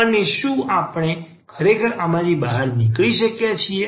અને શું આપણે ખરેખર આમાંથી બહાર નીકળી શકીએ